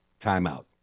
timeout